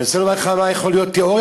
אני רוצה לומר לך מה יכולה להיות התיאוריה,